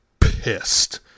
pissed